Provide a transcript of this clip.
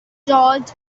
george